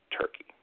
Turkey